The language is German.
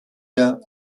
der